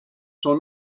son